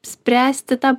spręsti tą